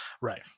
Right